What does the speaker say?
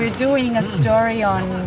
doing a story on,